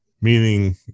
Meaning